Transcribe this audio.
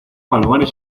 palomares